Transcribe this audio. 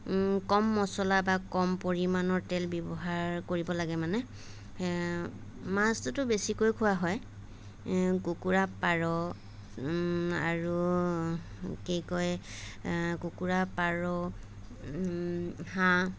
কম মচলা বা কম পৰিমাণৰ তেল ব্যৱহাৰ কৰিব লাগে মানে মাছটোতো বেছিকৈ খোৱা হয় কুকুৰা পাৰ আৰু কি কয় কুকুৰা পাৰ হাঁহ